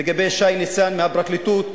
לגבי שי ניצן מהפרקליטות,